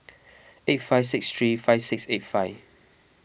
eight five six three five six eight five